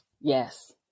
Yes